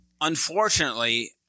Unfortunately